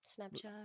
Snapchat